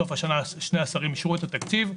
סוף השנה, שני השרים אישרו את התקציב.